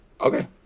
Okay